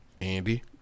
Andy